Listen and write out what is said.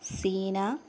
Seena